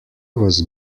was